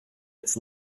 its